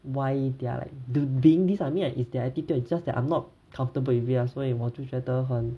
why they are like being this I mean like is their attitude it's just that I'm not comfortable with it ah 所以我就觉得很